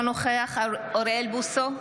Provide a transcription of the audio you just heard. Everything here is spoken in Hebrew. אינו נוכח אוריאל בוסו,